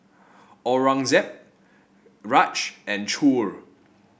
Aurangzeb Raj and Choor